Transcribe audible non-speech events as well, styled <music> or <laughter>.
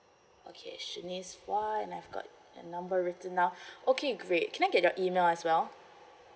okay shanice phua and I've got your number written down <breath> okay great can I get your email as well